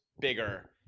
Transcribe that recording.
bigger